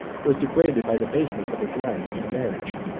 was degraded by the baseness of his life and marriage.